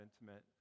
intimate